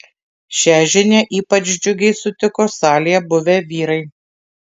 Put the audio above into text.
šią žinią ypač džiugiai sutiko salėje buvę vyrai